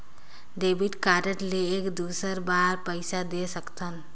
Debit card ले एक दुसर बार पइसा दे सकथन?